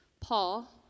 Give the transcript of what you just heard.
Paul